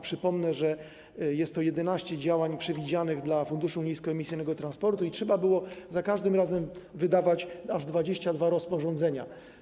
Przypomnę, że jest to 11 działań przewidzianych dla Funduszu Niskoemisyjnego Transportu i trzeba było za każdym razem wydawać aż 22 rozporządzenia.